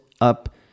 up